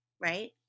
Right